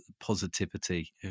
positivity